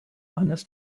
eines